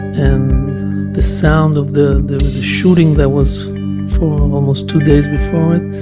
and the sound of the the shooting that was for almost two days before it,